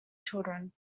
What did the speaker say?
children